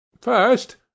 First